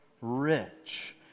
rich